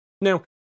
Now